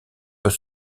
peut